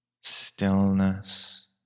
stillness